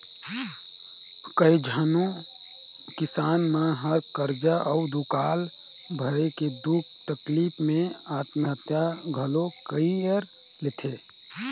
कयोझन किसान मन हर करजा अउ दुकाल परे के दुख तकलीप मे आत्महत्या घलो कइर लेथे